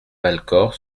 valcor